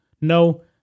No